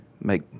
make